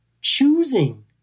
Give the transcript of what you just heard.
choosing